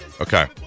Okay